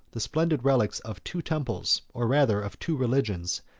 the splendid relics of two temples, or rather of two religions,